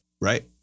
right